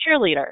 cheerleader